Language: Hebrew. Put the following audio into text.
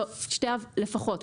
לפחות.